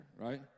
right